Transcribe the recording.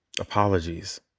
apologies